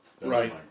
Right